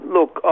Look